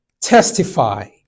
testify